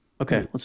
Okay